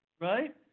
right